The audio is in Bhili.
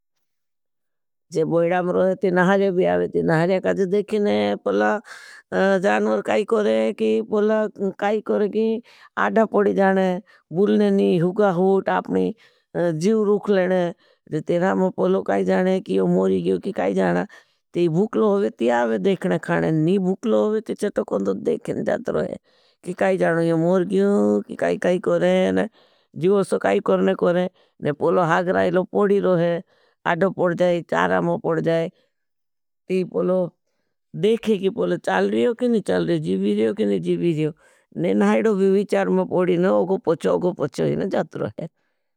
पूला जानवर काई कोरे, पूला काई कोरे, कि आठा पड़ी जाने, बुलने नहीं, हुका हुट। आपनी जीव रुख लेने, तेरामा पूला काई जाने, कि यो मोरी गियो कि काई जाना। ते भुकलो होगे, ते आबे देखने खाने, नहीं भुकलो होगे, ते चटो कंदो द चारा मो पड़ जाए। की कायी जानो टी भुकलोकायी कायी को रेन जो से कायी कायी को रेन। जो हाग रही टी पोलो होईबे आधा पोर्डे चारा पोर्डे। ते पूलो देखे ,कि पूलो चाल रीयो किनु चाल रीयो। जीवया रीयो किनु जीवया रियो नहें नही रो बिवीचार मो पढ़ी न, अगो पच्चो, ऑगो पच्चो जात रूहे।